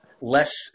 less